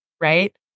right